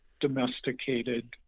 domesticated